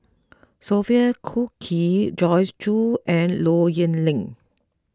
Sophia Cooke Joyce Jue and Low Yen Ling